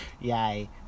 yay